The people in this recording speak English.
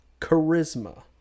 Charisma